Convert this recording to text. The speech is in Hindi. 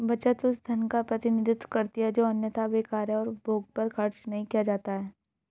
बचत उस धन का प्रतिनिधित्व करती है जो अन्यथा बेकार है और उपभोग पर खर्च नहीं किया जाता है